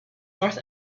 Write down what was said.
north